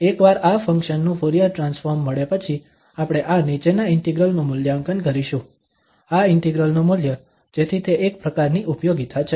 એકવાર આ ફંક્શન નું ફુરીયર ટ્રાન્સફોર્મ મળે પછી આપણે આ નીચેના ઇન્ટિગ્રલ નું મૂલ્યાંકન કરીશું આ ઇન્ટિગ્રલ નું મૂલ્ય જેથી તે એક પ્રકારની ઉપયોગિતા છે